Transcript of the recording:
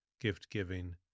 gift-giving